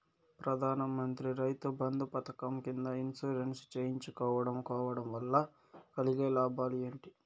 ప్రధాన మంత్రి రైతు బంధు పథకం కింద ఇన్సూరెన్సు చేయించుకోవడం కోవడం వల్ల కలిగే లాభాలు ఏంటి?